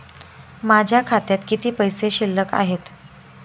माझ्या खात्यात किती पैसे शिल्लक आहेत?